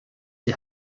die